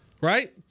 Right